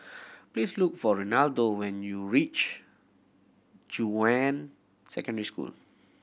please look for Renaldo when you reach Junyuan Secondary School